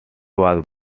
was